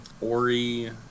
Ori